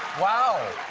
wow.